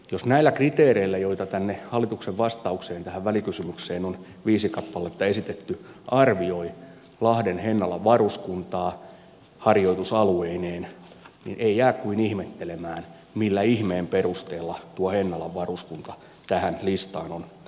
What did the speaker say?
jos näillä kriteereillä joita hallituksen vastaukseen tähän välikysymykseen on viisi kappaletta esitetty arvioi lahden hennalan varuskuntaa harjoitusalueineen niin ei jää kuin ihmettelemään millä ihmeen perusteella tuo hennalan varuskunta tähän listaan on päätynyt